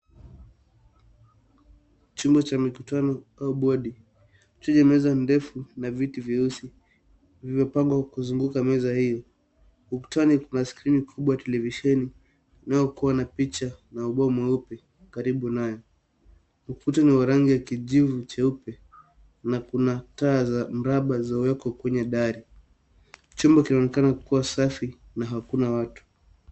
Chumba cha mikutano au bodi, chenye meza ndefu na viti vyeusi, vilivyopangwa kuzunguka meza hiyo. Ukutani kuna screen kubwa televisheni inayo kuwa na picha na ubao mweupe karibu nayo. Ukuta ni wa rangi ya kijivu cheupe na kuna taa za mraba zilizowekwa kwenye dari. Chumba kinaonekana kuwa safi na hakuna watu.